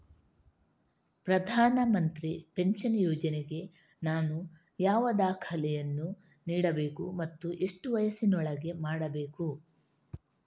ಪ್ರಧಾನ ಮಂತ್ರಿ ಪೆನ್ಷನ್ ಯೋಜನೆಗೆ ನಾನು ಯಾವ ದಾಖಲೆಯನ್ನು ನೀಡಬೇಕು ಮತ್ತು ಎಷ್ಟು ವಯಸ್ಸಿನೊಳಗೆ ಮಾಡಬೇಕು?